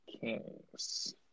kings